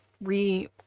re